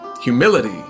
humility